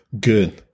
good